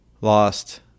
Lost